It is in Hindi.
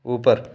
ऊपर